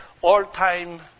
all-time